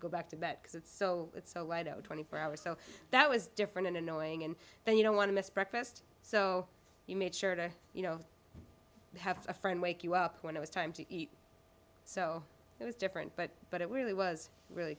go back to bed because it's so it's so light out twenty four hours so that was different and annoying and then you don't want to miss breakfast so you made sure to you know have a friend wake you up when it was time to eat so it was different but but it really was really